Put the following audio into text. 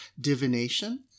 divination